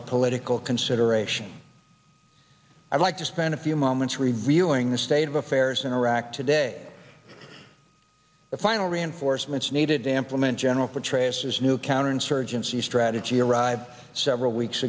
or political consideration i'd like to spend a few moments reviewing the state of affairs in iraq today the final reinforcements needed to implement general petraeus as new counterinsurgency strategy arrived several weeks